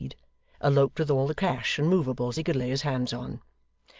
eloped with all the cash and movables he could lay his hands on,